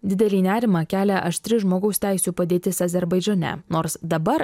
didelį nerimą kelia aštri žmogaus teisių padėtis azerbaidžane nors dabar